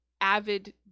avid